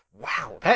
Wow